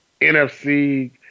NFC